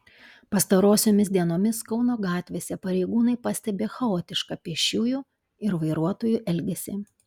pastarosiomis dienomis kauno gatvėse pareigūnai pastebi chaotišką pėsčiųjų ir vairuotojų elgesį